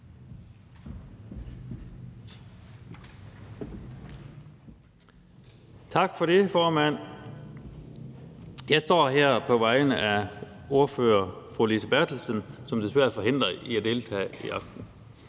Tak for det, formand. Jeg står her på vegne af vores ordfører, fru Lise Bertelsen, som desværre er forhindret i at deltage i aften.